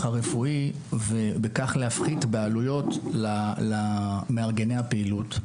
הרפואי ובכך להפחית בעלויות למארגני הפעילות.